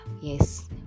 Yes